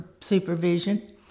supervision